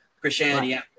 Christianity